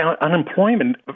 unemployment